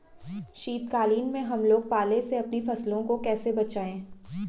शीतकालीन में हम लोग पाले से अपनी फसलों को कैसे बचाएं?